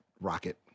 rocket